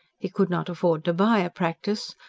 he could not afford to buy a practice,